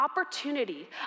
opportunity